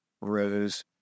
rose